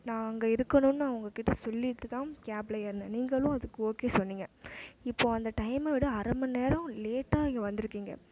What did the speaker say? நான் அங்கே இருக்கணுன்னு நான் உங்கக்கிட்ட சொல்லிவிட்டு தான் கேப்பில் ஏறினேன் நீங்களும் அதுக்கு ஓகே சொன்னீங்க இப்போது அந்த டைம்மை விட அரை மணிநேரம் லேட்டாக இங்கே வந்திருக்கீங்க